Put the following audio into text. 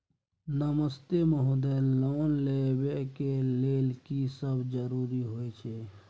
नमस्ते महोदय, लोन लेबै के लेल की सब जरुरी होय छै?